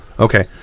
Okay